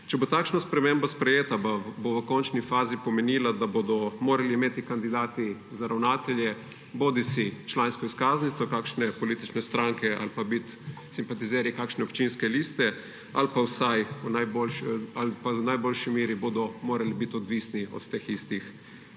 Če bo takšna sprememba sprejeta, bo v končni fazi pomenila, da bodo morali imeti kandidati za ravnatelje bodisi člansko izkaznico kakšne politične stranke ali pa biti simpatizerji kakšne občinske liste ali pa bodo morali biti odvisni od te iste